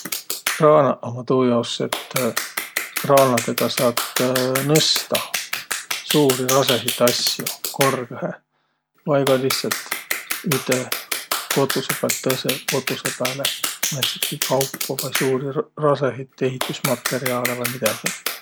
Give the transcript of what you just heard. Kraanaq ummaq tuujaos, et kraanadõga saat nõstaq suuri rasõhit asjo korgõhe vai ka lihtsält üte kotusõ päält tõõsõ kotusõ pääle määntsitki kaupo vai suuri rasõhit ehitüsmatõrjaalõ vai midägi.